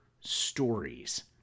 stories